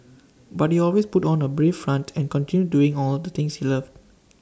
but he always put on A brave front and continued doing all the things he loved